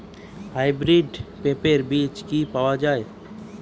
Hybrid পেঁপের বীজ কি পাওয়া যায়?